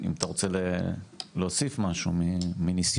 אם אתה רוצה להוסיף משהו מניסיונך,